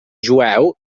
jueu